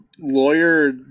lawyer